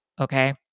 Okay